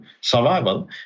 survival